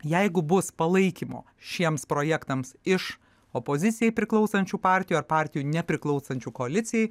jeigu bus palaikymo šiems projektams iš opozicijai priklausančių partijų ar partijų nepriklausančių koalicijai